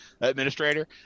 administrator